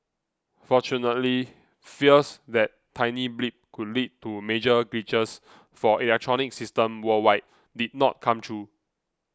fortunately fears that tiny blip could lead to major glitches for electronic systems worldwide did not come true